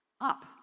Up